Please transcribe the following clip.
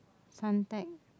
Suntec